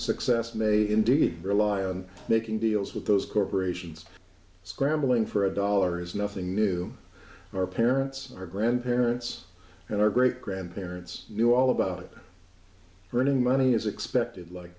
success may indeed rely on making deals with those corporations scrambling for a dollar is nothing new our parents our grandparents and our great grandparents knew all about earning money is expected like